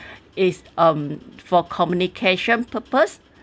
is um for communication purpose